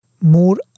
more